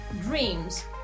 dreams